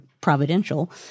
providential